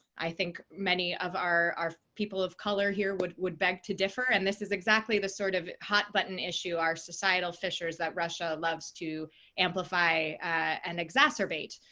i think many of our our people of color here would would beg to differ, and this is exactly the sort of hot button issue or societal fissures that russia loves to amplify and exacerbate.